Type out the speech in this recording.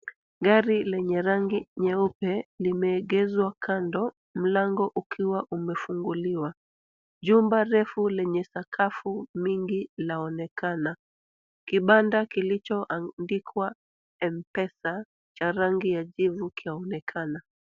Gari lenye rangi nyeupe limeegezwa kando, mlango ukiwa umefunguliwa. Jumba refu lenye sakafu mingi linaonekana. Kibanda kilichoandikwa mpesa cha rangi ya jivu kinaonekana.